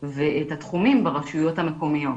ואת התחומים ברשויות המקומיות.